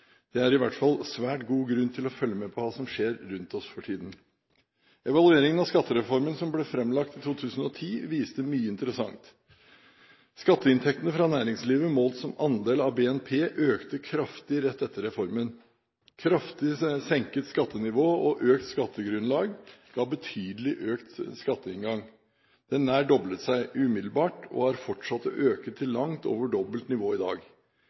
Det er i hvert fall svært god grunn til å følge med på hva som skjer rundt oss for tiden. Evalueringen av skattereformen, som ble framlagt i 2010, viste mye interessant. Skatteinntektene fra næringslivet, målt som andel av BNP, økte kraftig rett etter reformen. Kraftig senket skattenivå og økt skattegrunnlag ga betydelig økt skatteinngang. Den nær doblet seg umiddelbart og har fortsatt å øke til langt over dobbelt nivå i dag.